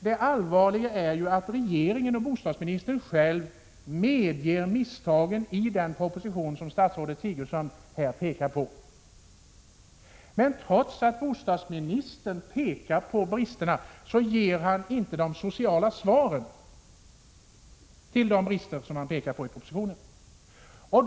Det allvarliga är att regeringen och bostadsministern medger misstagen i den proposition som statsrådet Sigurdsen här refererar till. Men trots att bostadsministern pekar på bristerna tar han inte det sociala ansvaret när det gäller möjligheterna att undanröja dessa brister.